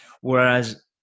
Whereas